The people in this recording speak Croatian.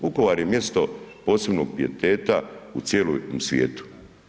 Vukovar je mjesto posebnog pijeteta u cijelom svijetu.